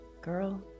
Girl